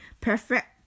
Perfect